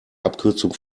abkürzung